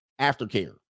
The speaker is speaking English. Aftercare